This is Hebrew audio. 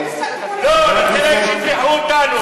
לא, ניתן להם שירצחו אותנו.